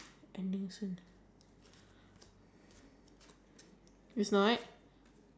like overseas they gonna go they gonna have a chance to stay in the hotel